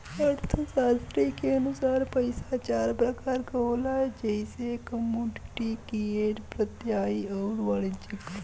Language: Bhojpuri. अर्थशास्त्री के अनुसार पइसा चार प्रकार क होला जइसे कमोडिटी, फिएट, प्रत्ययी आउर वाणिज्यिक